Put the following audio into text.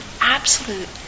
absolute